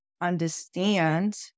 understand